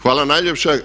Hvala najljepša.